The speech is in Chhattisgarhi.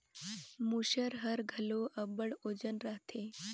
मूसर हर घलो अब्बड़ ओजन रहथे